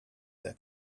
their